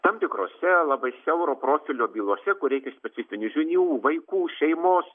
tam tikrose labai siauro profilio bylose kur reikia specifinių žinių vaikų šeimos